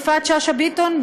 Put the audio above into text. יפעת שאשא ביטון,